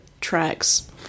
tracks